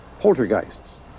poltergeists